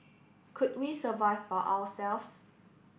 could we survive by ourselves